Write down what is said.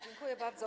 Dziękuję bardzo.